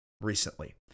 recently